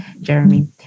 Jeremy